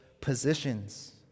positions